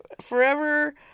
Forever